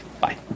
Bye